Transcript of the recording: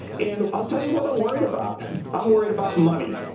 and i'll tell you what i'm worried about i'm worried about money.